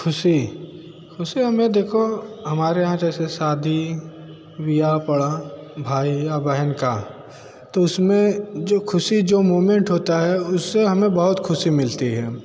ख़ुशी ख़ुशी हमें देखो हमारे यहाँ जैसे शादी विवाह पड़ा भाई या बहन का तो उस में जो ख़ुशी जो मूवमेंट होता है उससे हमें बहुत ख़ुशी मिलती है